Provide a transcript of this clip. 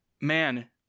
Man